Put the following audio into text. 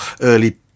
early